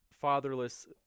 fatherless